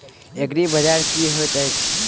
एग्रीबाजार की होइत अछि?